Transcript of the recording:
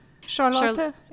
Charlotte